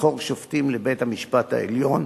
לבחור שופטים לבית-המשפט העליון,